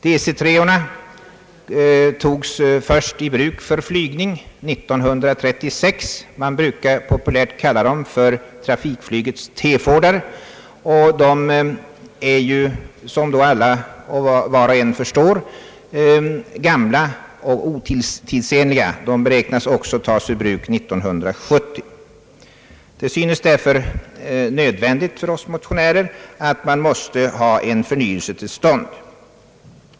DC 3:orna togs i bruk för flygning redan år 1936. Man brukar populärt kalla dem trafikflygets T-fordar. De är som var och en förstår gamla och otidsenliga. De beräknas också tas ur bruk år 1970. Vi motionärer anser därför att man måste få en förnyelse till stånd.